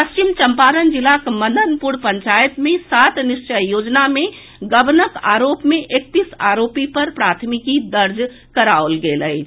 पश्चिम चंपारण जिलाक मदनपुर पंचायत मे सात निश्चय योजना मे गबनक आरोप मे एकतीस आरोपी पर प्राथमिकी दर्ज कराओल गेल अछि